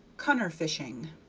cunner-fishing